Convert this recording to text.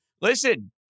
Listen